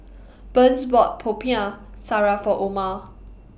Burns bought Popiah Sayur For Oma